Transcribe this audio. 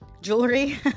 jewelry